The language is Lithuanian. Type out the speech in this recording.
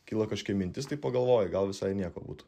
kyla kažkokia mintis tai pagalvoju gal visai nieko būtų